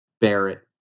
Barrett